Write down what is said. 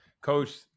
Coach